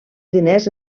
diners